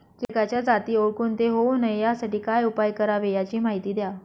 किटकाच्या जाती ओळखून ते होऊ नये यासाठी काय उपाय करावे याची माहिती द्या